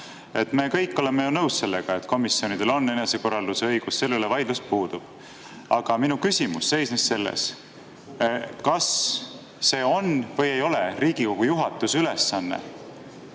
Me kõik oleme ju nõus, et komisjonidel on enesekorralduse õigus, selle üle vaidlus puudub. Aga minu küsimus seisnes selles, kas on või ei ole Riigikogu juhatuse ülesanne